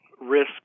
risk